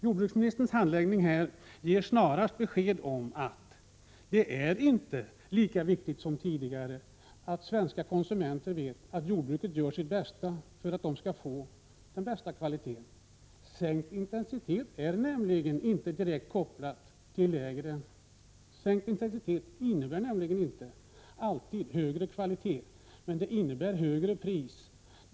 Jordbruksministerns handläggning ger oss snarast besked om att det inte är lika viktigt som tidigare att svenska konsumenter vet att jordbruket gör sitt bästa för att de skall få den bästa kvaliteten. Sänkt intensitet innebär nämligen inte alltid högre kvalitet, men sänkt intensitet innebär högre pris.